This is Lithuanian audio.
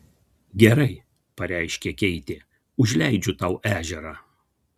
gerai pareiškė keitė užleidžiu tau ežerą